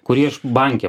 kurį aš banke